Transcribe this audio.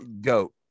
goat